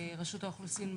רשות האוכלוסין,